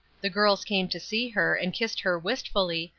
the girls came to see her, and kissed her wistfully,